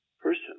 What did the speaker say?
person